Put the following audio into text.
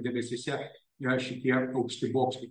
debesyse yra šitie aukšti bokštai